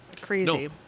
Crazy